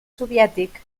soviètic